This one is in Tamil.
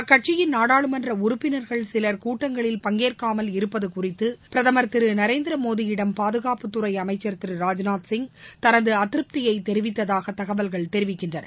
அக்கட்சியின் நாடாளுமன்ற உறுப்பினர்கள் சிலர் கூட்டங்களில் பங்கேற்காமல் இருப்பது குறித்து பிரதமர் திரு நரேந்திரமோடியிடம் பாதுகாப்புத்துறை அமைச்சர் திரு ராஜ்நாத் சிங் தனது அதிருப்தியை தெரிவித்ததாக தகவல்கள் தெரிவிக்கின்றன